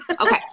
Okay